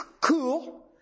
cool